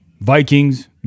Vikings